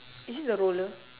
is it the roller